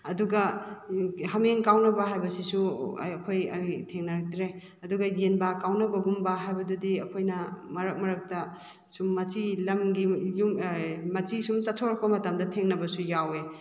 ꯑꯗꯨꯒ ꯍꯥꯃꯦꯡ ꯀꯥꯎꯅꯕ ꯍꯥꯏꯕꯁꯤꯁꯨ ꯑꯩꯈꯣꯏ ꯊꯦꯡꯅꯔꯛꯇ꯭ꯔꯦ ꯑꯗꯨꯒ ꯌꯦꯟꯕꯥ ꯀꯥꯎꯅꯕꯒꯨꯝꯕ ꯍꯥꯏꯕꯗꯨꯗꯤ ꯑꯩꯈꯣꯏꯅ ꯃꯔꯛ ꯃꯔꯛꯇ ꯁꯨꯝ ꯃꯆꯤ ꯂꯝꯒꯤ ꯌꯨꯝꯒꯤ ꯃꯆꯤ ꯁꯨꯝ ꯆꯠꯊꯣꯔꯛꯄ ꯃꯇꯝꯗ ꯊꯦꯡꯅꯕꯁꯨ ꯌꯥꯎꯋꯤ